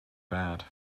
bad